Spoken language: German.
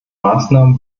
maßnahmen